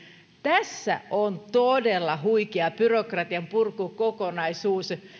tässä kakkosvaiheen paketissa on todella huikea byrokratianpurkukokonaisuus